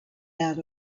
out